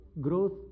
growth